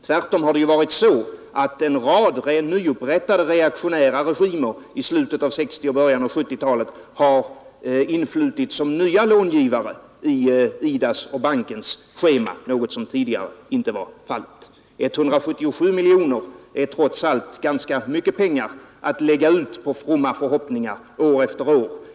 Tvärtom har det varit så att en rad nyupprättade reaktionära regimer i slutet av 1960 och början av 1970-talet influtit som nya långivare i IDA:s och bankens schema, något som tidigare inte varit fallet. 177 miljoner kronor är trots allt ganska mycket pengar att lägga ut på fromma förhoppningar år efter år.